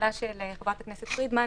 השאלה של חברת הכנסת פרידמן.